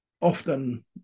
Often